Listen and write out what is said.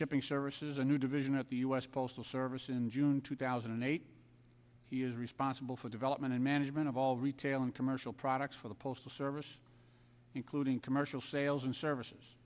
shipping services a new division at the u s postal service in june two thousand and eight he is responsible for development and management of all retail and commercial products for the postal service including commercial sales and services